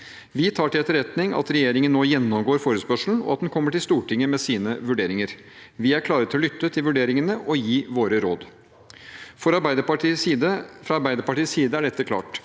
Vi tar til etterretning at regjeringen nå gjennomgår forespørselen, og at den kommer til Stortinget med sine vurderinger. Vi er klare til å lytte til vurderingene og til å gi våre råd. Fra Arbeiderpartiets side er dette klart: